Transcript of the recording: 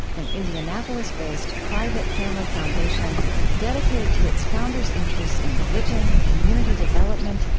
an indianapolis-based, private family foundation dedicated to its founders' interests in religion, community development,